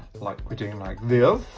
like we're doing like this,